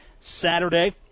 Saturday